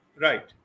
Right